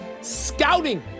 Scouting